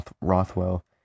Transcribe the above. Rothwell